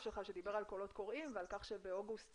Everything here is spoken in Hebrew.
שלך שדיבר על קולות קרואים ועל כך שבאוגוסט